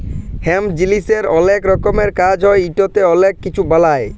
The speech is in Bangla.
হেম্প জিলিসের অলেক রকমের কাজ হ্যয় ইটতে অলেক কিছু বালাই